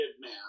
man